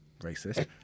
racist